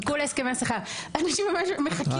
חכו להסכמי השכר" אנשים ממש מחכים,